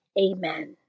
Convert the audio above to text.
Amen